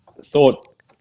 thought